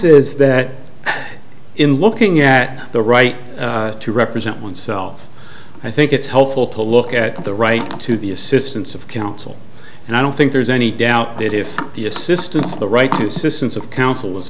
is that in looking at the right to represent oneself i think it's helpful to look at the right to the assistance of counsel and i don't think there's any doubt that if the assistance of the right to systems of counsel was